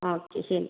okay ശരി